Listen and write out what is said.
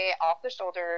off-the-shoulder